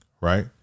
right